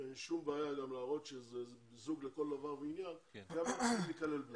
ואין שום בעיה להראות שהם זוג לכל דבר וענין גם אז צריך לכלול אותם.